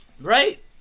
right